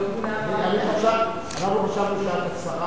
אנחנו חשבנו שאת השרה